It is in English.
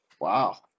Wow